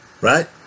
right